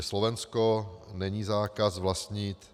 Slovensko není zákaz vlastnit.